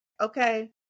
okay